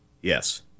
Yes